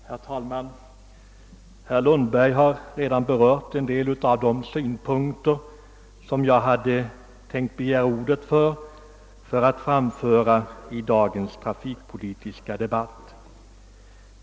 Herr talman! Herr Lundberg har redan framfört en del av de synpunkter som jag hade tänkt anlägga i denna trafikpolitiska debatt.